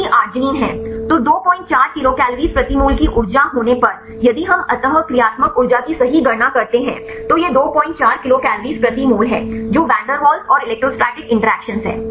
तो 24 किलोकल प्रति मोल की ऊर्जा होने पर यदि हम अंतःक्रियात्मक ऊर्जा की सही गणना करते हैं तो यह 24 किलोकल प्रति मोल है जो वैन डेर वाल्स और इलेक्ट्रोस्टैटिक इंटरैक्शन सही है